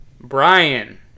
Brian